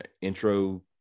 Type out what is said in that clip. intro